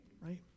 right